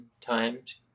times